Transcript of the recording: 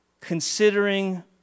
considering